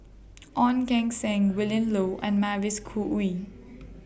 Ong Keng Sen Willin Low and Mavis Khoo Oei